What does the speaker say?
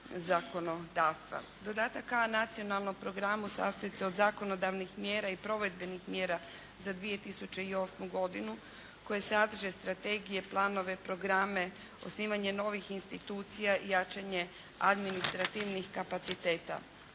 Dodatak A Nacionalnom programu sastoji se od zakonodavnih mjera i provedbenih mjera za 2008. godinu koje sadrže strategije, planove, programe, osnivanje novih institucija i jačanje administrativnih kapaciteta.